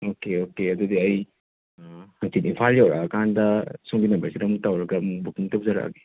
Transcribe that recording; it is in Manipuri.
ꯑꯣꯀꯦ ꯑꯣꯀꯦ ꯑꯗꯨꯗꯤ ꯑꯩ ꯍꯪꯆꯤꯠ ꯏꯝꯐꯥꯜ ꯌꯧꯔꯛꯂꯀꯥꯟꯗ ꯁꯣꯝꯒꯤ ꯅꯝꯕꯔꯁꯤꯗ ꯑꯃꯨꯛ ꯇꯧꯔꯒ ꯑꯃꯨꯛ ꯕꯨꯀꯤꯡ ꯇꯧꯖꯔꯛꯂꯒꯦ